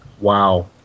Wow